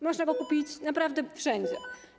Można ją kupić naprawdę wszędzie.